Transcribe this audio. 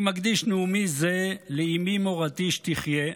אני מקדיש נאומי זה לאימי מורתי שתחיה,